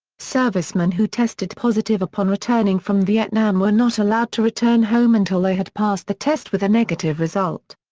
servicemen who tested positive upon returning from vietnam were not allowed to return home until they had passed the test with a negative result.